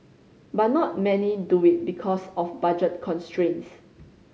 but not many do it because of budget constraints